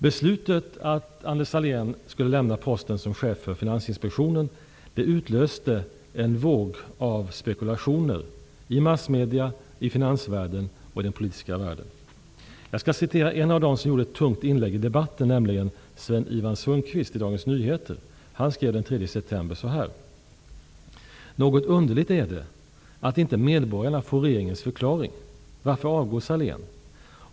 Beslutet att Anders Sahlén skulle lämna posten som chef för Finansinspektionen utlöste en våg av spekulationer i massmedia, i finansvärlden och i den politiska världen. Jag skall citera ett tungt inlägg i debatten, nämligen september: ''Men något underligt är det att inte medborgarna får regeringens förklaring. Varför avgår Sahlén?